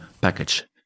package